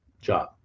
job